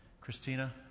Christina